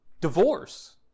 Divorce